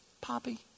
Poppy